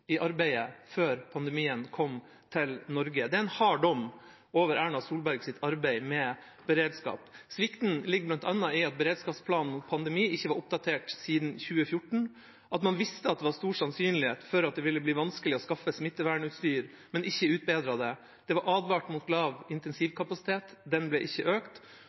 i arbeidet før pandemien kom til Norge. Det er en hard dom over Erna Solbergs arbeid med beredskap. Svikten ligger bl.a. i at beredskapsplanen for pandemi ikke var oppdatert siden 2014, at man visste at det var stor sannsynlighet for at det ville bli vanskelig å skaffe smittevernutstyr, men ikke utbedret det. Det var advart mot lav intensivkapasitet – den ble ikke økt.